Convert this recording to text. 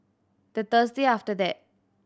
the Thursday after that